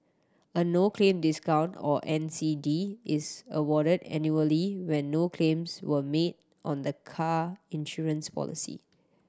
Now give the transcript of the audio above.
a no claim discount or N C D is awarded annually when no claims were made on the car insurance policy